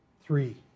three